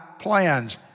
plans